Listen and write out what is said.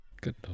Good